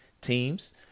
teams